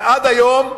ועד היום,